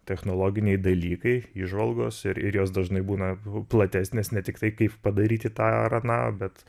technologiniai dalykai įžvalgos ir ir jos dažnai būna platesnės ne tik tai kaip padaryti tą ar aną bet